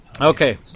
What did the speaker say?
Okay